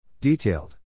Detailed